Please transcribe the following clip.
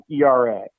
ERA